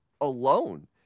alone